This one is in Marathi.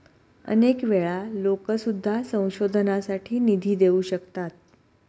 अनेक वेळा लोकं सुद्धा संशोधनासाठी निधी देऊ शकतात